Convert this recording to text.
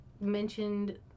mentioned